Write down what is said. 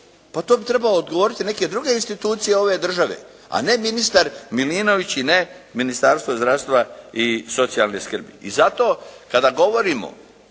Pa to bi trebale odgovoriti neke druge institucije ove države, a ne ministar Milinović i ne Ministarstvo zdravstva i socijalne skrbi i zato kada govorimo